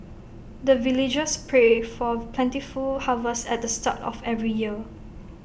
the villagers pray for plentiful harvest at the start of every year